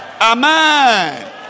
Amen